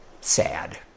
sad